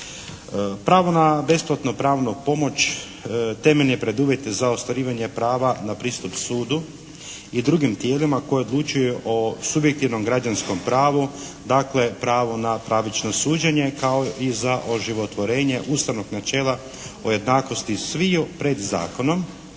Pravo na besplatnu pravnu pomoć temelj je preduvjeta za ostvarivanje prava na pristup sudu i drugim tijelima koja odlučuju o subjektivnom građanskom pravu. Dakle pravu na pravično suđenje kao i za oživotvorenje ustavnog načela o jednakosti sviju pred zakonom.